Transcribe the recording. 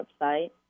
website